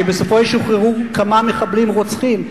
שבסופו ישוחררו כמה מחבלים רוצחים.